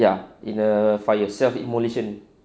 ya in a fire self-immolation